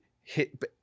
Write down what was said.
hit